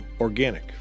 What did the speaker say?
organic